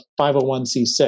501c6